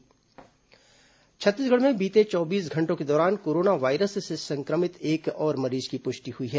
corona मरीज पुष्टि छत्तीसगढ़ में बीते चौबीस घंटों के दौरान कोरोना वायरस से संक्रमित एक और मरीज की पुष्टि हुई है